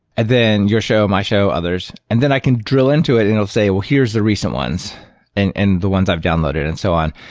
then your show, my show, others, and then i can drill into it and say, well, here are the recent ones and and the ones i've downloaded and so on.